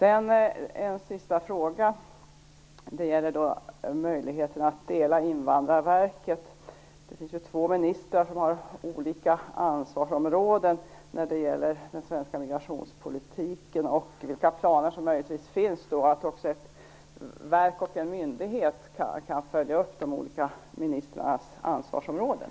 En sista fråga gäller möjligheten att dela Invandrarverket. Det finns ju två ministrar som har olika ansvarsområden när det gäller den svenska migrationspolitiken. Vilka planer finns det för att ett verk och en myndighet kan följa upp de olika ministrarnas ansvarsområden?